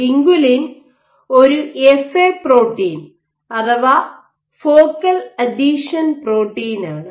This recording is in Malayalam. വിൻകുലിൻ ഒരു എഫ്എ പ്രോട്ടീൻ അഥവ ഫോക്കൽ അഥീഷൻ പ്രോട്ടീനാണ്